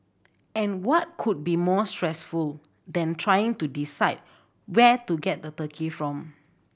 and what could be more stressful than trying to decide where to get the turkey from